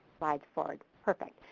slides forward. perfect.